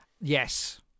Yes